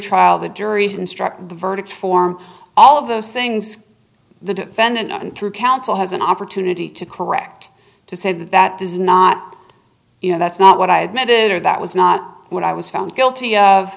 trial the jury's instruct the verdict form all of those things the defendant and true counsel has an opportunity to correct to say that that does not you know that's not what i admitted or that was not what i was found guilty of